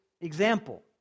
example